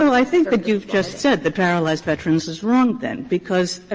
i think that you've just said that paralyzed veterans is wrong then, because, i